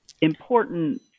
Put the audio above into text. important